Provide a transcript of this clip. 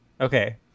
Okay